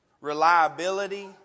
Reliability